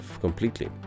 completely